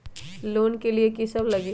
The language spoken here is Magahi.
लोन लिए की सब लगी?